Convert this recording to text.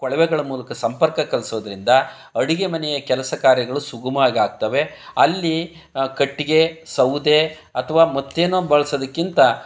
ಕೊಳವೆಗಳ ಮೂಲಕ ಸಂಪರ್ಕ ಕಲ್ಪ್ಸೋದ್ರಿಂದ ಅಡುಗೆ ಮನೆಯ ಕೆಲಸಕಾರ್ಯಗಳು ಸುಗಮಾಗಿ ಆಗ್ತವೆ ಅಲ್ಲಿ ಕಟ್ಟಿಗೆ ಸೌದೆ ಅಥವಾ ಮತ್ತೇನೋ ಬಳಸೋದಕ್ಕಿಂತ